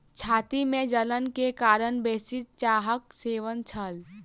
छाती में जलन के कारण बेसी चाहक सेवन छल